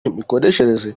imikoreshereze